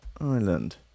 Island